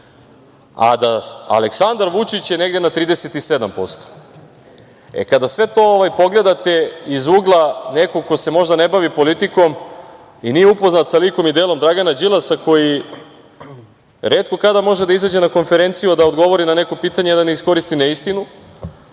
a da je Aleksandar Vučić negde na 37%. Kada sve to pogledate iz ugla nekog ko se možda ne bavi politikom i nije upoznat sa likom i delom Dragana Đilasa, koji retko kada može da izađe na konferenciju da odgovori na neko pitanje, a da ne iskoristi neistinu,